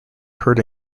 heard